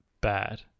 bad